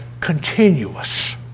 continuous